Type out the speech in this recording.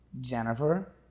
Jennifer